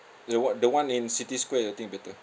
the one the one in city square I think better